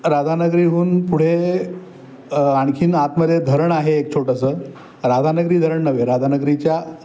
राधानगरीहून पुढे आणखीन आतमध्ये धरण आहे एक छोटंसं राधानगरी धरण नवे राधानगरीच्या